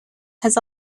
has